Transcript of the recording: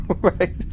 Right